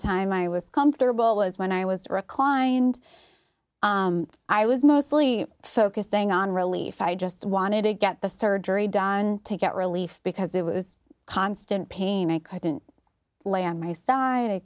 time i was comfortable was when i was reclined i was mostly focusing on relief i just wanted to get the surgery done to get relief because it was constant pain i didn't lay on my side i